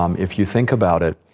um if you think about it,